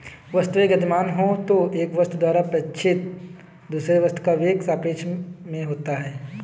वस्तुएं गतिमान हो तो एक वस्तु द्वारा प्रेक्षित दूसरे वस्तु का वेग सापेक्ष में होता है